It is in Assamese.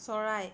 চৰাই